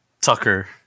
Tucker